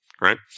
right